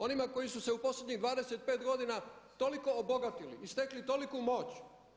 Onima koji su se u posljednjih 25 godina toliko obogatili i stekli toliku moć.